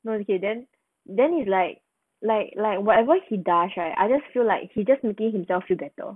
no okay then then is like like like whatever he does right I just feel like he just making himself feel better